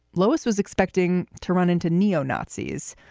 lois was expecting to run into neo-nazis,